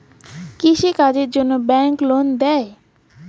কৃষি কাজের জন্যে ব্যাংক লোন দেয়?